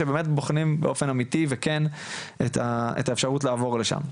שבאמת בוחנים באופן אמתי וכן את האפשרות לעבור לשם.